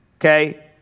Okay